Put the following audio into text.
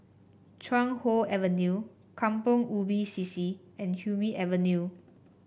Chuan Hoe Avenue Kampong Ubi C C and Hume Avenue